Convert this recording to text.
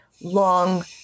long